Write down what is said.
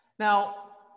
Now